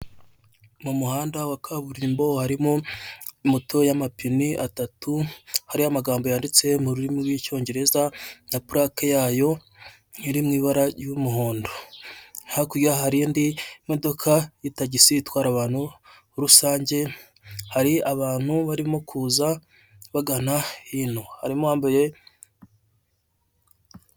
Mumuhanda wa kaburimbo harimo moto yamapini atatu, hariho amagambo yanditse mururimi rw'icyongereza na purake yayo iri mwibara ry' umuhondo. hakurya hari Indi modoka, itagisi itwara abantu rusange, hari abantu barimo kuza bagana hino, harimo uwambaye...